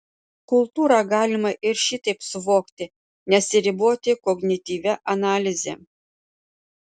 kultūrą galima ir šitaip suvokti nesiriboti kognityvia analize